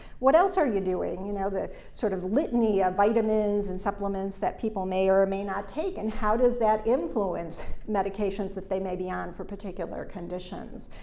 what else are you doing? you know, the sort of litany of vitamins and supplements that people may or may not take, and how does that influence medications that they may be on for particular conditions?